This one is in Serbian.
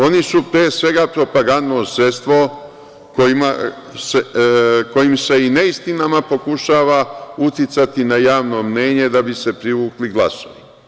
Oni su pre svega propagandno sredstvo kojim se i neistinama pokušava uticati na javno mnjenje da bi se privukli glasovi.